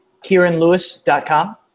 kieranlewis.com